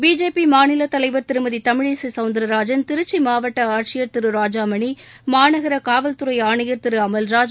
BJP மாநிலத் தலைவர் திருமதி தமிழிசை சவுந்திரராஜன் திருச்சி மாவட்ட ஆட்சிபர் திரு ராஜாமணி மாநகர காவல்துறை ஆணையர் திரு அமல்ராஜ்